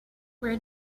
where